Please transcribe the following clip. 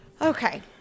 Okay